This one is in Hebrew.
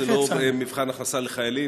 זה לא מבחן הכנסה לחיילים,